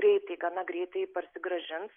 greitai gana greitai parsigrąžins